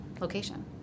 location